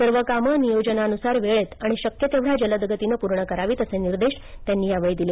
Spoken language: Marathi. सर्व कामं नियोजनानुसार वेळेत आणि शक्य तेवढ्या जलदगतीनं पूर्ण करावीत असे निर्देश त्यांनी यावेळी दिले